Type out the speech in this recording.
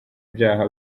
byaha